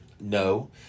no